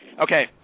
Okay